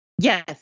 Yes